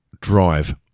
drive